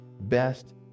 best